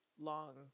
long